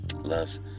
loves